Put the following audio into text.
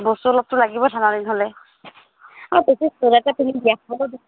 বস্তু অলপতো লাগিব ঠাণ্ডাদিন হ'লে অঁ পিন্ধিম দিয়া হ'ব